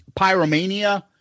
Pyromania